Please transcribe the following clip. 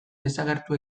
desagertu